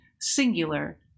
singular